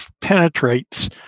penetrates